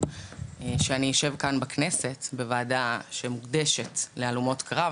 שאני אשב כאן בכנסת בוועדה שמוקדשת להלומות קרב.